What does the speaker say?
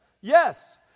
Yes